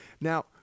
now